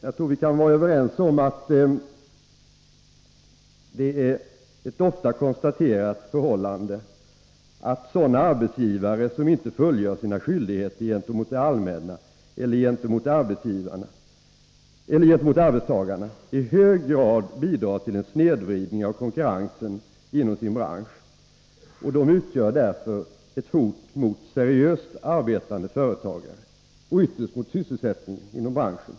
Jag tror att vi kan vara överens om att det är ett ofta konstaterat förhållande att sådana arbetsgivare som inte fullgör sina skyldigheter gentemot det allmänna eller gentemot arbetstagarna i hög grad bidrar till en snedvridning av konkurrensen inom sin bransch. De utgör därför ett hot mot seriöst arbetande företagare och ytterst mot sysselsättningen inom branschen.